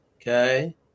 Okay